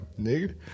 Nigga